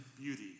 beauty